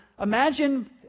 imagine